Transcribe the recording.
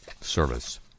service